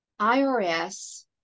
IRS